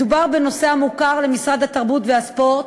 מדובר בנושא המוכר למשרד התרבות והספורט,